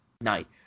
night